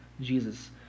Jesus